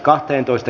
asia